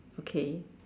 okay